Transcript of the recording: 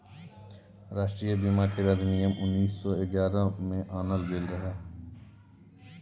राष्ट्रीय बीमा केर अधिनियम उन्नीस सौ ग्यारह में आनल गेल रहे